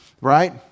right